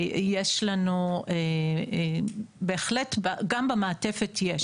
גם במעטפת יש.